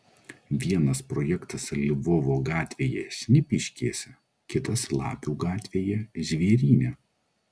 vienas projektas lvovo gatvėje šnipiškėse kitas lapių gatvėje žvėryne